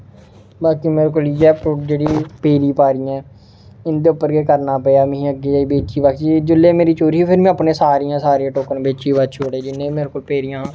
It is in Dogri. बाकी मेरे कोल इ'यै जेह्ड़ी पेदी पादियां इं'दे उप्पर गै करना पेआ मिगी अग्गें बेची बाचियै जेल्लै मेरी चोरी होई फिर में अपने सारें दे सारें टोकन बेची बाचियै ओड़े जि'न्ने बी मेरे कोल पेदियां हियां